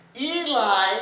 Eli